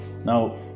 Now